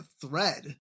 thread